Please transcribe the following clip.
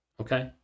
Okay